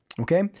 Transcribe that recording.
Okay